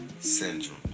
syndrome